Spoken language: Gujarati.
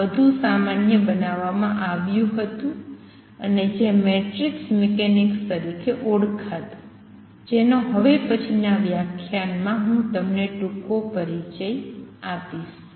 આ વધુ સામાન્ય બનાવવામાં આવ્યું હતું અને જે મેટ્રિક્સ મિકેનિક્સ તરીકે ઓળખાતું જેનો હવે પછીના વ્યાખ્યાનમાં હું તમને ટૂંકો પરિચય આપીશ